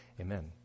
Amen